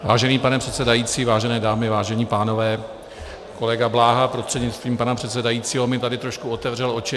Vážený pane předsedající, vážené dámy, vážení pánové, kolega Bláha prostřednictvím pana předsedajícího mi tady trošku otevřel oči.